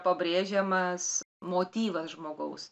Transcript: pabrėžiamas motyvas žmogaus